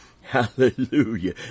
Hallelujah